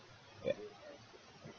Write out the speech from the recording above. where